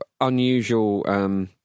unusual